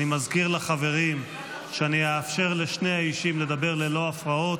אני מזכיר לחברים שאני אאפשר לשני האישים לדבר ללא הפרעות,